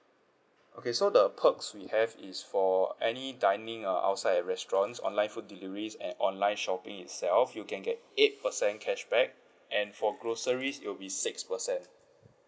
okay so the perks we have is for any dining uh outside at restaurants online food deliveries and online shopping itself you can get eight percent cashback and for groceries it will be six percent